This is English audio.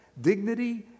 dignity